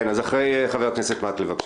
אז אחרי חבר הכנסת מקלב, בבקשה.